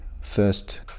first